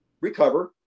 recover